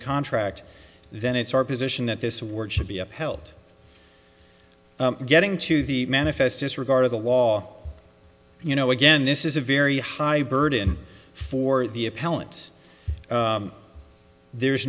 a contract then it's our position that this work should be upheld getting to the manifest disregard of the law you know again this is a very high burden for the appellant there's